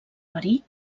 verí